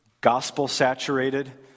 gospel-saturated